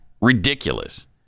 ridiculous